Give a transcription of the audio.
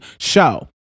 show